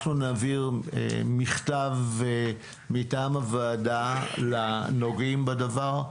אנחנו נעביר מכתב מטעם הוועדה לנוגעים בדבר,